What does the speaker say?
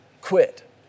quit